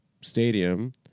stadium